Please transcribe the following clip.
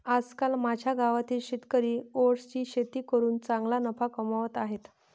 आजकाल माझ्या गावातील शेतकरी ओट्सची शेती करून चांगला नफा कमावत आहेत